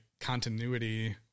continuity